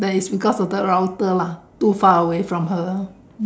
that is because of the router lah too far away from her